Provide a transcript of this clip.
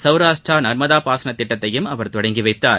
சௌராஷ்டிரா நர்மதா பாசனத் திட்டத்தையும் அவர் தொடங்கி வைத்தார்